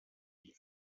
die